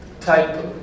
type